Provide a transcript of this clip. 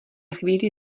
chvíli